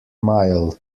mile